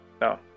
No